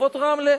ברחובות רמלה,